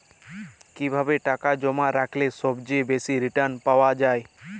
কিভাবে টাকা জমা রাখলে সবচেয়ে বেশি রির্টান পাওয়া য়ায়?